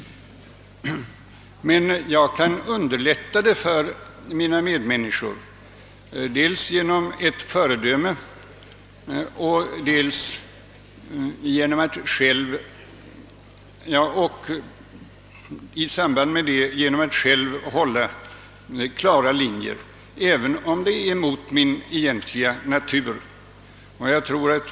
Men jag kan underlätta detta val för mina medmänniskor genom ett föredöme, genom att själv hålla klara linjer, även om detta är mot min egentliga natur.